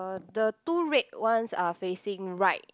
the two red ones are facing right